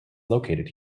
located